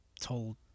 told